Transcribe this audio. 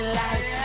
life